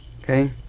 Okay